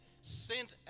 sent